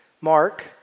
Mark